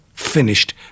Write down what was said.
finished